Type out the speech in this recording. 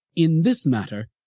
in this matter,